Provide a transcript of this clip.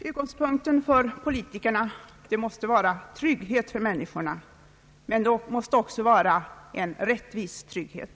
Utgångspunkten för politikerna måste vara att skapa trygghet för människorna, men det måste också vara en rättvis trygghet.